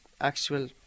actual